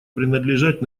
принадлежать